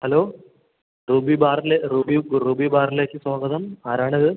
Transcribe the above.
hello Ruby ബാറില് Ruby Ruby ബാറിലേക്ക് സ്വാഗതം ആരാണിത്